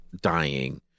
dying